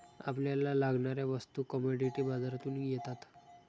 आपल्याला लागणाऱ्या वस्तू कमॉडिटी बाजारातून येतात